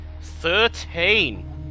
Thirteen